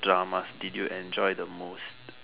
dramas did you enjoy the most